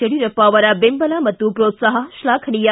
ಯಡಿಯೂರಪ್ಪ ಅವರ ಬೆಂಬಲ ಮತ್ತು ಹ್ರೋತ್ಸಾಹ ಶ್ಲಾಘನೀಯ